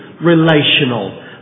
relational